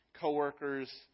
coworkers